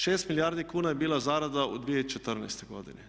6 milijardi kuna je bila zarada u 2014. godini.